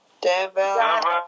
Devil